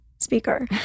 speaker